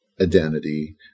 identity